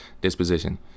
disposition